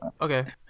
okay